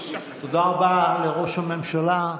תודה רבה לראש הממשלה.